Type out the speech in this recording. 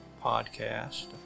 podcast